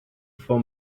for